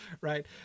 right